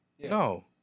No